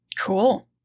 cool